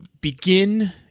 begin